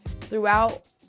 throughout